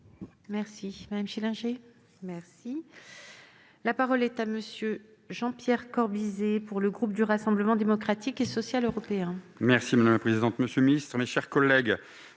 Dagbert. Madame la présidente, monsieur le ministre, mes chers collègues,